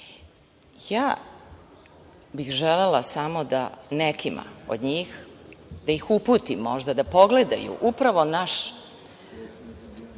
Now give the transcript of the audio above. bih želela samo da nekima od njih, da ih uputim možda da pogledaju upravo naš,